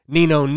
Nino